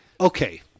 Okay